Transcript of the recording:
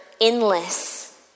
endless